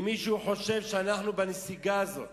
אני רוצה לומר לך: אם מישהו חושב שאנחנו בנסיגה הזאת